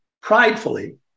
pridefully